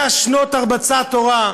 100 שנות הרבצת תורה,